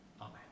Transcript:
Amen